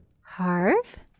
Harv